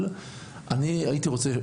אני הייתי רוצה,